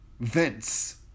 Vince